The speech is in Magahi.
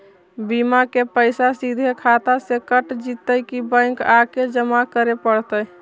बिमा के पैसा सिधे खाता से कट जितै कि बैंक आके जमा करे पड़तै?